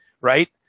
right